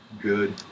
good